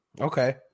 Okay